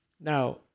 Now